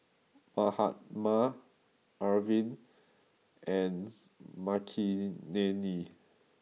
Mahatma Arvind and Makineni